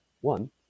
one